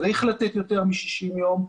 צריך לתת יותר מ-60 ימים.